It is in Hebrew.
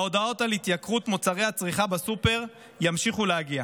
וההודעות על התייקרות מוצרי הצריכה בסופר ימשיכו להגיע.